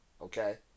okay